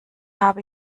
habe